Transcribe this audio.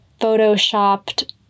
Photoshopped